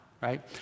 Right